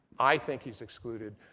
i think he's excluded.